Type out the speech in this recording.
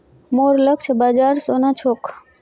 मोर लक्ष्य बाजार सोना छोक